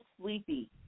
sleepy